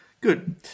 Good